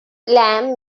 lamb